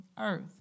earth